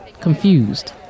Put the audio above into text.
confused